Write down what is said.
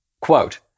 Quote